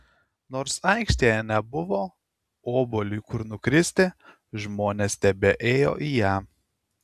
nors aikštėje nebuvo obuoliui kur nukristi žmonės tebeėjo į ją